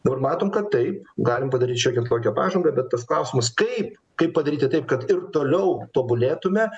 dabar matom kad taip galim padaryt šiokią tokią pažangą bet tas klausimas kaip kaip padaryti taip kad ir toliau tobulėtume